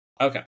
Okay